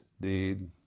deed